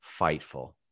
Fightful